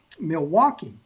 Milwaukee